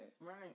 Right